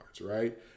right